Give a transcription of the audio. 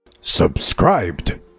Subscribed